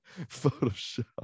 Photoshop